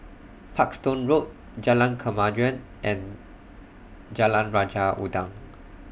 Parkstone Road Jalan Kemajuan and Jalan Raja Udang